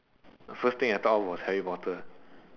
first thing I thought of was Harry Potter